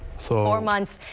so four months.